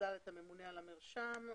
הגורם הממונה הוא הממונה על המרשם.